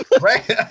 Right